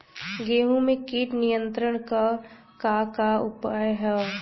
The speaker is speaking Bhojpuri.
गेहूँ में कीट नियंत्रण क का का उपाय ह?